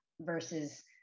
versus